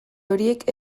horiek